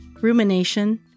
Rumination